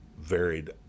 varied